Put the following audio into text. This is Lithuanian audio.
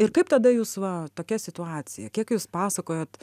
ir kaip tada jūs va tokia situacija kiek jūs pasakojot